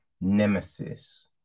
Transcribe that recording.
Nemesis